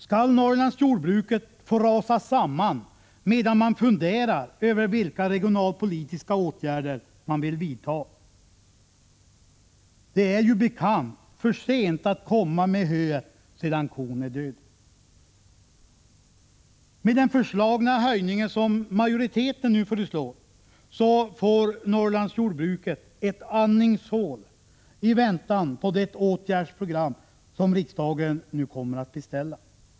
Skall Norrlandsjordbruket få rasa samman medan man funderar över vilka regionalpolitiska åtgärder man vill vidta? Det är ju som bekant för sent att komma med höet sedan kon är död. Med den höjning som majoriteten nu föreslår, får Norrlandsjordbruket ett andningshål i väntan på det åtgärdsprogram som riksdagen nu kommer att beställa.